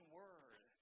word